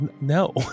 No